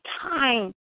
time